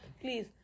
please